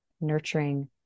nurturing